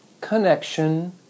connection